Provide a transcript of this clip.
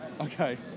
Okay